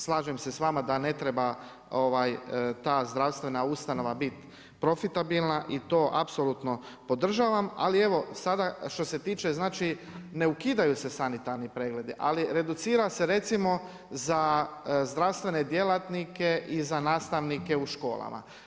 Slažem se s vama da ne treba ta zdravstvena ustanova biti profitabilna i to apsolutno podržavam, ali evo sada što se tiče ne ukidaju se sanitarni pregledi, ali reducira se recimo za zdravstvene djelatnike i za nastavnike u školama.